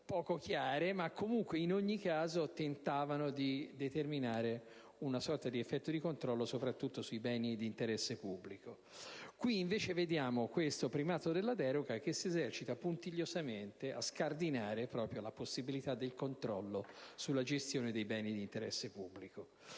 poco chiare, ma comunque tentavano di determinare una sorta di effetto di controllo soprattutto sui beni di interesse pubblico. Nel decreto, invece si registra questo primato della deroga, che si esercita puntigliosamente nello scardinare la possibilità di controllo sulla gestione dei beni di interesse pubblico.